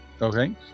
Okay